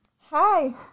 Hi